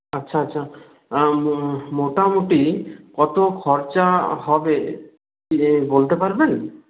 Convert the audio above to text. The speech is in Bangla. আচ্ছা আচ্ছা মোটামুটি কত খরচা হবে বলতে পারবেন